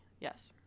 Yes